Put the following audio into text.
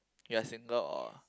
you are single or